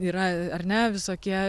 yra ar ne visokie